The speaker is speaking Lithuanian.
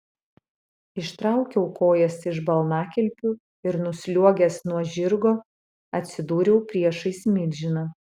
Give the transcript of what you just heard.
ištraukiau kojas iš balnakilpių ir nusliuogęs nuo žirgo atsidūriau priešais milžiną